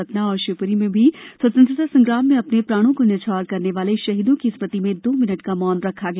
सतना और शिवपुरी में भी स्वतंत्रता संग्राम में अपने प्राणों को न्यौछावर करने वाले शहीदों की स्मृति में दो मिनट का मौन रखा गया